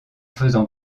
faisant